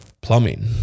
plumbing